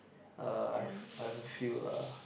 uh I've I've a few lah